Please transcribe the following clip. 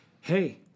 hey